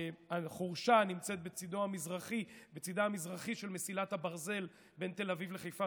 החורשה נמצאת בצידה המזרחי של מסילת הברזל בין תל אביב לחיפה,